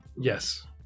yes